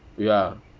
ya